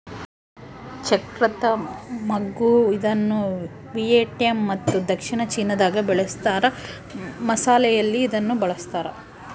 ಚಕ್ತ್ರ ಮಗ್ಗು ಇದನ್ನುವಿಯೆಟ್ನಾಮ್ ಮತ್ತು ದಕ್ಷಿಣ ಚೀನಾದಾಗ ಬೆಳೀತಾರ ಮಸಾಲೆಯಲ್ಲಿ ಇದನ್ನು ಬಳಸ್ತಾರ